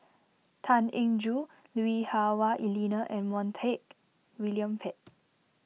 Tan Eng Joo Lui Hah Wah Elena and Montak William Pett